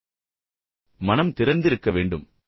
எனவே மனம் திறந்திருக்க வேண்டும்